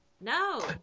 No